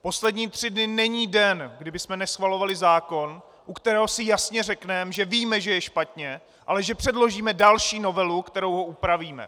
Poslední tři dny není den, kdy bychom neschvalovali zákon, u kterého si jasně řekneme, že víme, že je špatně, ale že předložíme další novelu, kterou ho upravíme.